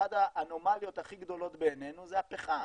אחת האנומליות הכי גדולות בעינינו זה הפחם,